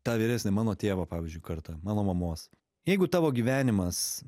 tą vyresnę mano tėvo pavyzdžiui kartą mano mamos jeigu tavo gyvenimas